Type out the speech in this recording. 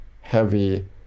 heavy